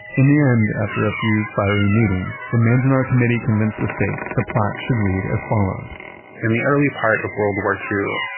in the end, after a few fiery meetings, the manzanar committee convinced the state the plaque should read as follows in the early part of world war ii,